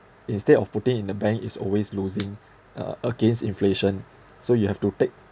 instead of putting in the bank is always losing uh against inflation so you have to take